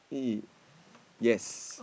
y~ yes